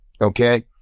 okay